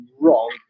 wrong